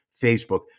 Facebook